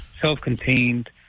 self-contained